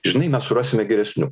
žinai mes surasime geresnių